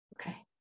Okay